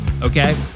okay